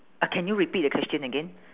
uh can you repeat the question again